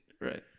Right